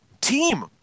team